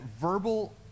verbal